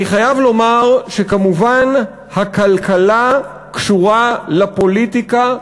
אני חייב לומר שכמובן הכלכלה קשורה לפוליטיקה.